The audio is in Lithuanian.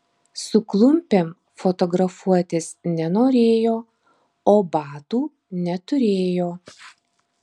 su klumpėm fotografuotis nenorėjo o batų neturėjo